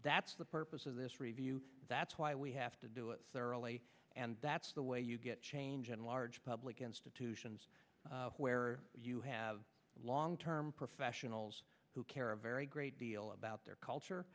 that's the purpose of this review that's why we have to do it thoroughly and that's the way you get change in large public institutions where you have long term professionals who care of very great deal about their culture